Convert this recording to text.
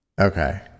Okay